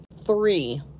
three